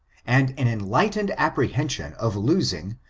and an enlightened apprehension of losing,